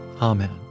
Amen